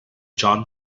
john